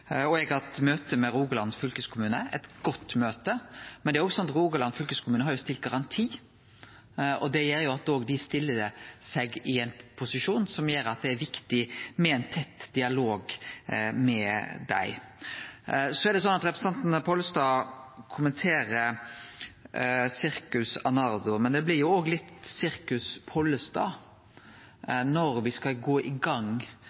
og det gjer at dei stiller seg i ein posisjon som gjer at det er viktig med ein tett dialog med dei. Representanten Pollestad kommenterer Cirkus Arnardo, men det blir jo òg litt Sirkus Pollestad. Når me skal gå i gang?